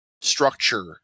structure